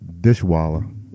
Dishwalla